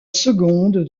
seconde